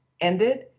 ended